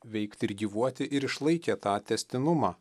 veikti ir gyvuoti ir išlaikė tą tęstinumą